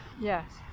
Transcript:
Yes